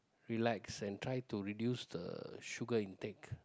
relax and try to reduce the sugar intake